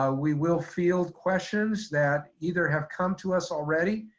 ah we will field questions that either have come to us already,